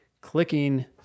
clicking